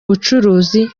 ubucuruzi